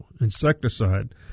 insecticide